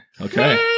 okay